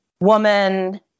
woman